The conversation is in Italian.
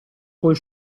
col